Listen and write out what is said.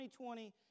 2020